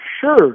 Sure